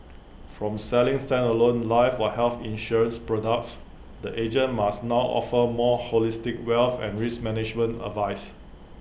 from selling standalone life or health insurance products the agent must now offer more holistic wealth and risk management advice